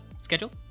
schedule